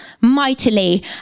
mightily